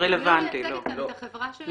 אני לא מייצגת את החברה שלי.